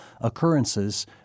occurrences